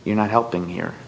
you're not helping here